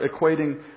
equating